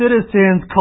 citizens